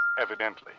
evidently